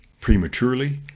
prematurely